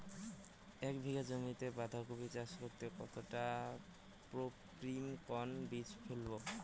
এক বিঘা জমিতে বাধাকপি চাষ করতে কতটা পপ্রীমকন বীজ ফেলবো?